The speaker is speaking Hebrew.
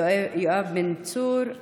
יואב בן צור,